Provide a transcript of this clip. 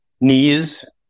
knees